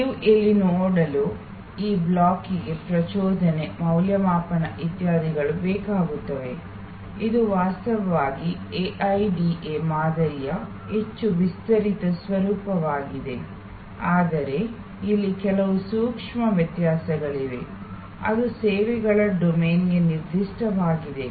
ನೀವು ಇಲ್ಲಿ ನೋಡುವ ಈ ಬ್ಲಾಕ್ಗೆ ಪ್ರಚೋದನೆ ಮೌಲ್ಯಮಾಪನ ಇತ್ಯಾದಿಗಳು ಬೇಕಾಗುತ್ತವೆ ಇದು ವಾಸ್ತವವಾಗಿ ಎಐಡಿಎ ಮಾದರಿಯ ಹೆಚ್ಚು ವಿಸ್ತರಿತ ಸ್ವರೂಪವಾಗಿದೆ ಆದರೆ ಇಲ್ಲಿ ಕೆಲವು ಸೂಕ್ಷ್ಮ ವ್ಯತ್ಯಾಸಗಳಿವೆ ಅದು ಸೇವೆಗಳ ಡೊಮೇನ್ಗೆ ನಿರ್ದಿಷ್ಟವಾಗಿದೆ